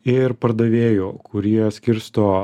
ir pardavėjų kurie skirsto